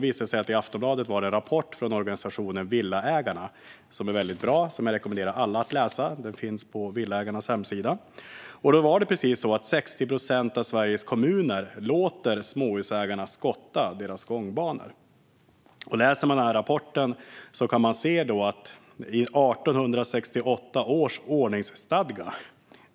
I Aftonbladet nämndes en rapport från organisationen Villaägarna. Den är väldigt bra, och jag rekommenderar alla att läsa den; den finns på Villaägarnas hemsida. Det är 60 procent av Sveriges kommuner som låter småhusägarna skotta kommunens gångbanor. Enligt rapporten togs frågan först upp i 1868 års ordningsstadga.